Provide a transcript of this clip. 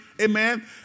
amen